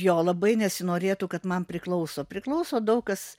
jo labai nesinorėtų kad man priklauso priklauso daug kas